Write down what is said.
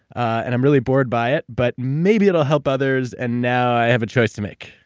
and i'm really bored by it. but maybe it'll help others and now i have a choice to make.